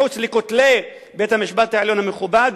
מחוץ לכותלי בית-המשפט העליון המכובד,